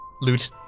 Loot